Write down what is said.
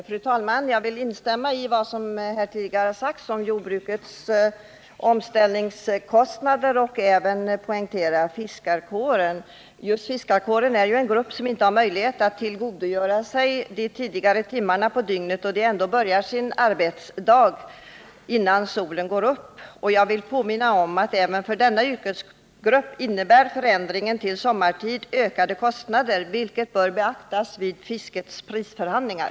Fru talman! Jag vill instämma i vad som här tidigare har sagts om jordbrukets omställningskostnader och även poängtera fiskarkårens problem. Just fiskarkåren är en grupp som inte får möjlighet att tillgodogöra sig tidigareläggningen av arbetstimmarna på dygnet, då de ändå börjar sin arbetsdag innan solen gått upp. Jag vill påminna om att även för denna yrkesgrupp innebär förändringen till sommartid ökade kostnader, vilket bör beaktas vid fiskets prisförhandlingar.